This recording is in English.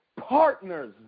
partners